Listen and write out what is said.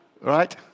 right